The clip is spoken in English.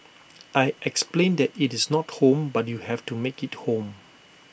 I explained that it's not home but you have to make IT home